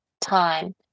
time